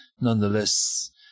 nonetheless